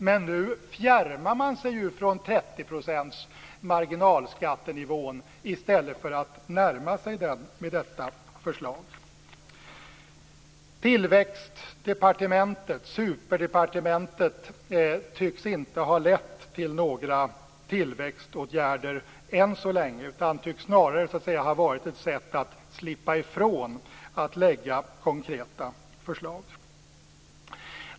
Men med detta förslag fjärmar man sig från marginalskattenivån på 30 % i stället för att närma sig den. Inrättandet av Tillväxtdepartementet, superdepartementet, tycks inte ha lett till några tillväxtåtgärder än så länge. Snarare tycks det ha varit ett sätt att slippa ifrån att lägga fram konkreta förslag.